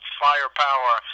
firepower